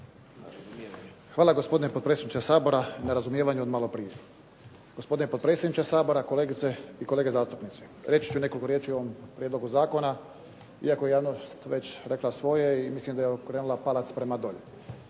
Hvala gospodine potpredsjedniče Sabora na razumijevanju od maloprije. Gospodine potpredsjedniče Sabora, kolegice i kolege zastupnici. Reći ću nekoliko riječi o ovom prijedlogu zakona, iako je javnost već rekla svoje i mislim da je okrenula palac prema dolje.